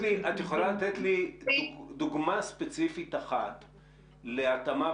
יכולה לתת לי דוגמה ספציפית אחת להתאמה,